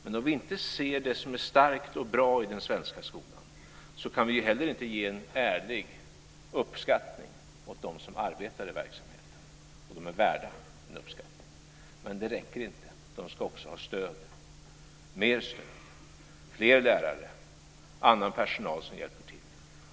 Men om vi inte ser det som är starkt och bra i den svenska skolan kan vi inte heller ge en ärlig uppskattning åt dem som arbetar i verksamheten, och de är värda en uppskattning. Men det räcker inte. De ska också ha mer stöd. Det ska vara fler lärare och annan personal som hjälper till.